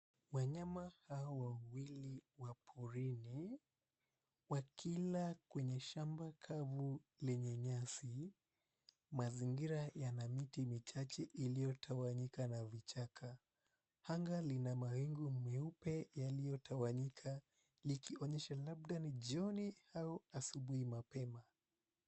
Wanyama hawa wawili wa porini wakila kwenye shamba kavu lenye nyasi, mazingira yana miti michache iliyotawanyika na vichaka. Anga lina mawingu meupe yaliyotawanyika likionyesha labda ni jioni au asubuhi mapema.